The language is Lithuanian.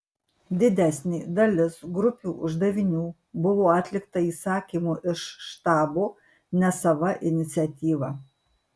didesnė dalis grupių uždavinių buvo atlikta įsakymu iš štabo ne sava iniciatyva